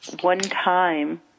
one-time